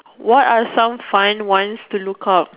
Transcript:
what are some fun ones to look up